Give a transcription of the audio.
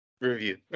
review